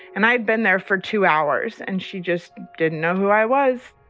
and i'd been there for two hours and she just didn't know who i was